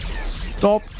Stop